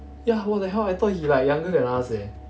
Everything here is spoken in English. ya what the hell I thought he like younger than us leh